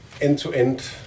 end-to-end